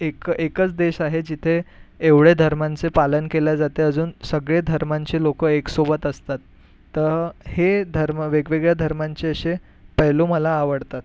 एक एकच देश आहे जिथे एवढे धर्मांचे पालन केल्या जाते अजून सगळे धर्मांचे लोकं एकसोबत असतात तर हे धर्म वेगवेगळ्या धर्मांचे अशे पैलू मला आवडतात